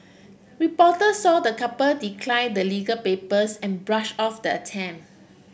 reporter saw the couple decline the legal papers and brush off the attempt